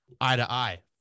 Eye-to-eye